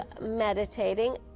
meditating